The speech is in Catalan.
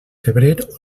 febrer